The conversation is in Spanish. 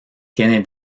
tiene